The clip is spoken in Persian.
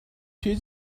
توی